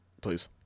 Please